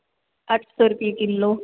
ਅੱਠ ਸੌ ਰੁਪਏ ਕਿਲੋ